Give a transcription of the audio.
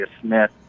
Smith